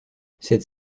cette